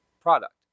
product